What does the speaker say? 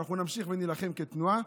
אנחנו נמשיך ונילחם כתנועה,